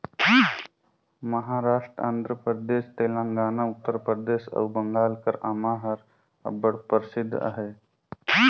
महारास्ट, आंध्र परदेस, तेलंगाना, उत्तर परदेस अउ बंगाल कर आमा हर अब्बड़ परसिद्ध अहे